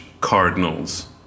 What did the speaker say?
cardinals